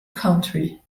county